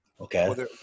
Okay